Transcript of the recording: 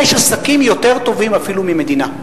יש עסקים יותר טובים אפילו ממדינה.